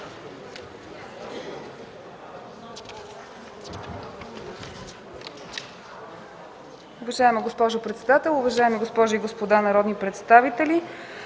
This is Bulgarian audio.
Уважаеми господин председател, уважаеми дами и господа народни представители,